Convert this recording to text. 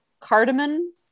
cardamom